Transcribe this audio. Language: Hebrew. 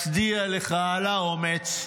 מצדיע לך על האומץ,